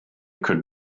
could